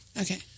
Okay